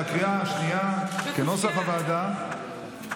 כנוסח הוועדה,